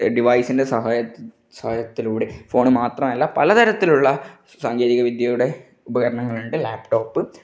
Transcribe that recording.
ഡിവൈസിന്റെ സഹായത്ത് സഹായത്തിലൂടെ ഫോണ് മാത്രമല്ല പല തരത്തിലുള്ള സാങ്കേതിക വിദ്യയുടെ ഉപകരണങ്ങളുണ്ട് ലാപ്ടോപ്